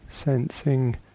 Sensing